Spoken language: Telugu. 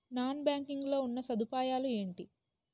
నాన్ బ్యాంకింగ్ లో ఉన్నా సదుపాయాలు ఎంటి?